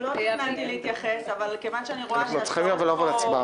לא תכננתי להתייחס אבל אני רואה שאמירות